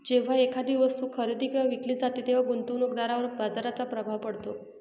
जेव्हा एखादी वस्तू खरेदी किंवा विकली जाते तेव्हा गुंतवणूकदारावर बाजाराचा प्रभाव पडतो